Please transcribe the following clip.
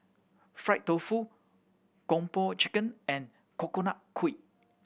fried tofu Kung Po Chicken and Coconut Kuih